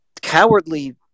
cowardly